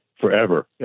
forever